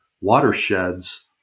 watersheds